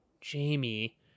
Jamie